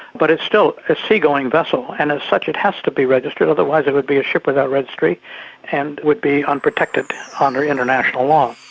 but it's still a seagoing vessel and as such it has to be registered otherwise it would be ah without registry and would be unprotected under international law.